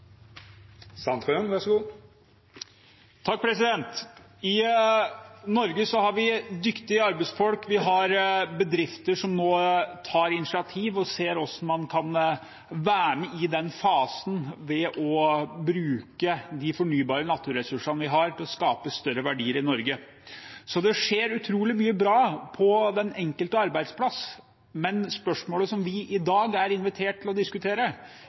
I Norge har vi dyktige arbeidsfolk, vi har bedrifter som nå tar initiativ og ser på hvordan man kan være med i denne fasen ved å bruke de fornybare naturressursene vi har, til å skape større verdier i Norge. Så det skjer utrolig mye bra på den enkelte arbeidsplass. Men spørsmålet som vi i dag er invitert til å diskutere,